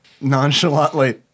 Nonchalantly